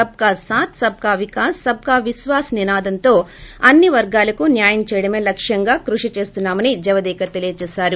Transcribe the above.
సబ్కా సాథ్ సభకా వికాస్ సబ్కా విశ్వాస్ నినాదంతో అన్ని వర్గాలకు న్యాయం చేయడమే లక్ష్యంగా కృషి చేస్తున్నా మని జవదేకర్ తెలియజేశారు